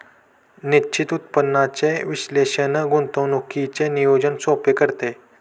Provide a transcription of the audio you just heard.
निश्चित उत्पन्नाचे विश्लेषण गुंतवणुकीचे नियोजन सोपे करते